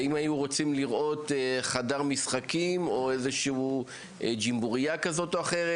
האם היו רוצים לראות חדר משחקים או ג'מבורייה כזאת או אחרת.